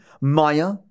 Maya